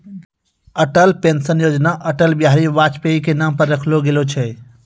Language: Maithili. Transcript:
अटल पेंशन योजना अटल बिहारी वाजपेई के नाम पर रखलो गेलो छै